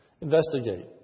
Investigate